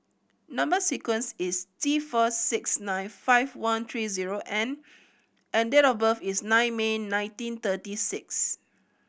number sequence is T four six nine five one three zero N and date of birth is nine May nineteen thirty six